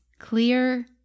clear